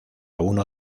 uno